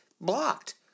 blocked